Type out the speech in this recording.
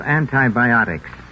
antibiotics